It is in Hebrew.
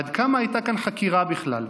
עד כמה הייתה כאן חקירה בכלל?